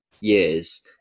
years